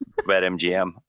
BetMGM